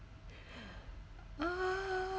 uh